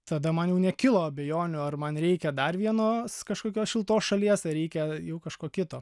tada man jau nekilo abejonių ar man reikia dar vienos kažkokios šiltos šalies ar reikia jau kažko kito